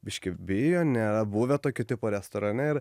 biškį bijo nėra buvę tokio tipo restorane ir